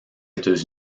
états